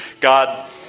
God